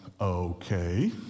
okay